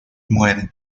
muere